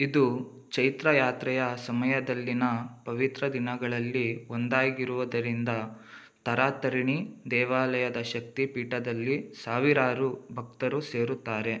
ಇದು ಚೈತ್ರ ಯಾತ್ರೆಯ ಸಮಯದಲ್ಲಿನ ಪವಿತ್ರ ದಿನಗಳಲ್ಲಿ ಒಂದಾಗಿರುವುದರಿಂದ ತರಾತರಿಣಿ ದೇವಾಲಯದ ಶಕ್ತಿ ಪೀಠದಲ್ಲಿ ಸಾವಿರಾರು ಭಕ್ತರು ಸೇರುತ್ತಾರೆ